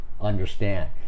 understand